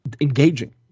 engaging